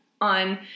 on